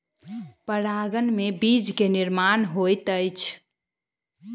परागन में बीज के निर्माण होइत अछि